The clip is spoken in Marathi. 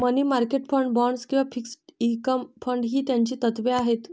मनी मार्केट फंड, बाँड्स किंवा फिक्स्ड इन्कम फंड ही त्याची तत्त्वे आहेत